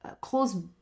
close